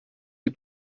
die